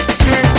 see